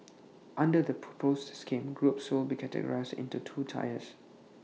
under the proposed scheme groups will be categorised into two tiers